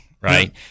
right